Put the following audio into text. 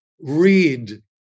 read